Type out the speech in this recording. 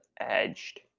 edged